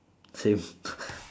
same